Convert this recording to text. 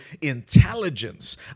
intelligence